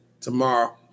Tomorrow